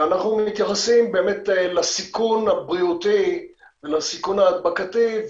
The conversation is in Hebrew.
ואנחנו מתייחסים באמת לסיכון הבריאותי ולסיכון ההדבקתי,